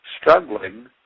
struggling